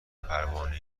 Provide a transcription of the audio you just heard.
پروانه